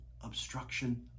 obstruction